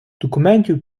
документів